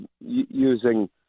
using